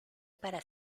para